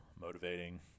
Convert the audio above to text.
motivating